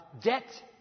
debt